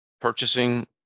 purchasing